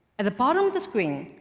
at the bottom of the screen,